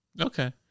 Okay